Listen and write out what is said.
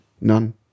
none